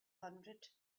hundred